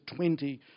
20